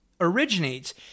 originates